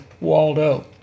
Waldo